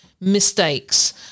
mistakes